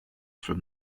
from